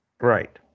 Right